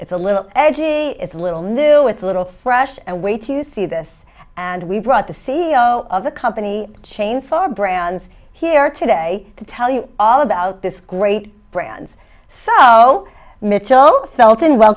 it's a little edgy it's a little new with a little fresh and way to see this and we brought the c e o of the company chainsaw brands here today to tell you all about this great brands so michel